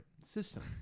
system